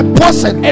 person